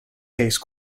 case